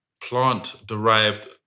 plant-derived